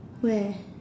where